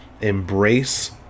Embrace